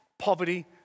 Poverty